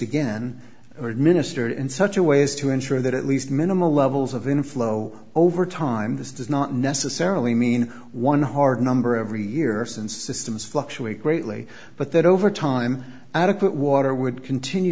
again or administered in such a way is to ensure that at least minimal levels of inflow over time this does not necessarily mean one hard number every year since systems fluctuate greatly but that over time adequate water would continue